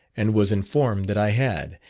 and was informed that i had,